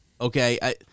Okay